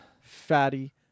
fatty